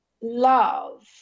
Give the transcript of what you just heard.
love